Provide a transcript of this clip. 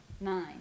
nine